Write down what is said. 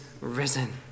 risen